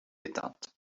éteinte